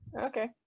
Okay